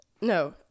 No